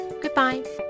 Goodbye